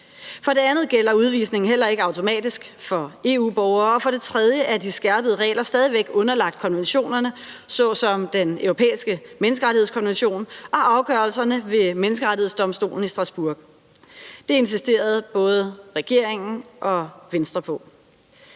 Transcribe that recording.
For det andet gælder udvisningen heller ikke automatisk for EU-borgere. Og for det tredje er de skærpede regler stadig væk underlagt konventionerne såsom Den Europæiske Menneskerettighedskonvention og afgørelserne ved Menneskerettighedsdomstolen i Strasbourg. Det insisterede både regeringen og Venstre på.